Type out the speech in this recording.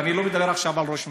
ואני לא מדבר עכשיו על ראש הממשלה,